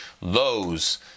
lows